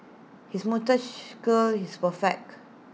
his moustache curl is perfect